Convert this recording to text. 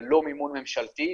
בגלל המאפיינים הטכניים של התשתית,